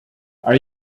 are